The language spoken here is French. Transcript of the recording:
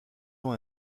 eaux